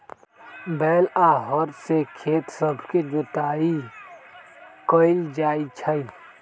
बैल आऽ हर से खेत सभके जोताइ कएल जाइ छइ